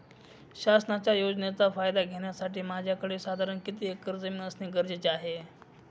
शासनाच्या योजनेचा फायदा घेण्यासाठी माझ्याकडे साधारण किती एकर जमीन असणे गरजेचे आहे?